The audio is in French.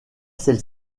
celle